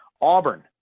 Auburn